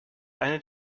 eine